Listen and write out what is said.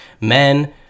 Men